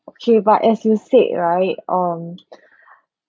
okay but as you said right um